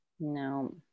No